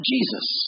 Jesus